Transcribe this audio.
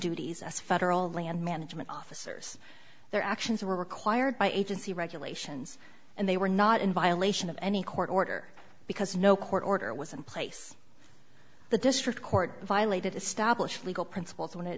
duties as federal land management officers their actions were required by agency regulations and they were not in violation of any court order because no court order was in place the district court violated established legal principles when it